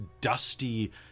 dusty